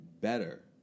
better